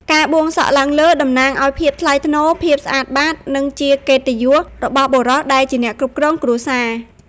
ការបួងសក់ឡើងលើតំណាងឲ្យភាពថ្លៃថ្នូរ ភាពស្អាតបាត និងជាកិត្តិយសរបស់បុរសដែលជាអ្នកគ្រប់គ្រងគ្រួសារ។